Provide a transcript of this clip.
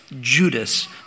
Judas